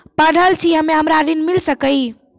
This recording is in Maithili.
पढल छी हम्मे हमरा ऋण मिल सकई?